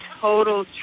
total